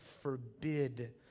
forbid